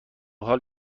حال